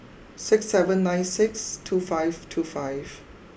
six seven nine six two five two five